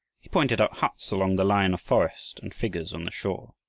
he pointed out huts along the line of forest and figures on the shore.